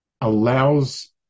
allows